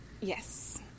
Yes